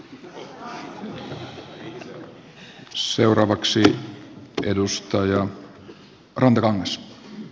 arvoisa herra puhemies